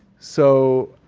so,